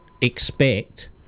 Expect